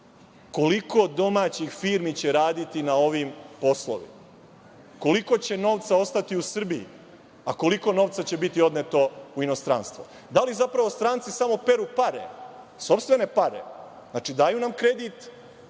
Koliko domaćih firmi će raditi na ovim poslovima? Koliko će novca ostati u Srbiji, a koliko novca će biti odneto u inostranstvo? Da li zapravo stranci samo peru pare, sopstvene pare, znači, daju nam kredit,